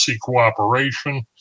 cooperation